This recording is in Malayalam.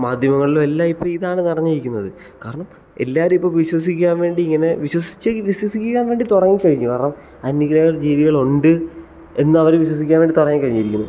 മാധ്യമങ്ങളിലും എല്ലാം ഇപ്പം ഇതാണ് നിറഞ്ഞിരിക്കുന്നത് കാരണം എല്ലാവരും ഇപ്പം വിശ്വസിക്കാൻ വേണ്ടി ഇങ്ങനെ വിശ്വസിച്ച് വിശ്വസിക്കാൻ വേണ്ടി തുടങ്ങിക്കഴിഞ്ഞു കാരണം അന്യഗ്രഹ ജീവികൾ ഉണ്ട് എന്നവർ വിശ്വസിക്കാൻ വേണ്ടി തുടങ്ങി കഴിഞ്ഞിരിക്കുന്നു